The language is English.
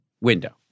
window